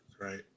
right